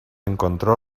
encontró